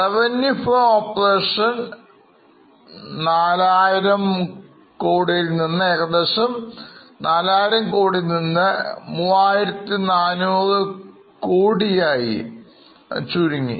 Revenue from operation 4000 നിന്ന് 3400 ആയി ചുരുങ്ങി